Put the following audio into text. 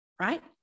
right